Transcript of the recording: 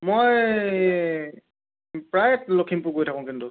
মই প্ৰায় লখিমপুৰ গৈ থাকোঁ কিন্তু